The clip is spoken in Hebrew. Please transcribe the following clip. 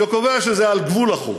שקובע שזה על גבול החוק,